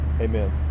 amen